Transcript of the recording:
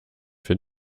für